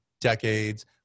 decades